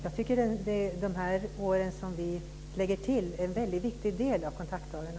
Jag tycker att de år som vi lägger till är en väldigt viktig del av kontaktdagarna.